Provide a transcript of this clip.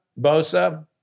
Bosa